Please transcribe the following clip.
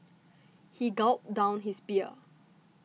he gulped down his beer